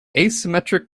asymmetric